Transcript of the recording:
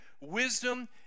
wisdom